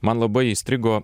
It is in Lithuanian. man labai įstrigo